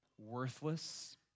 worthless